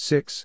Six